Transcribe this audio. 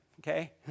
okay